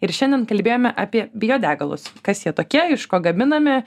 ir šiandien kalbėjome apie biodegalus kas jie tokie iš ko gaminami